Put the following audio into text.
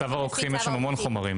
בצו הרוקחים יש המון חומרים,